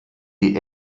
die